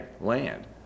land